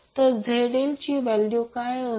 तर ZL ची value काय आहे